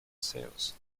sales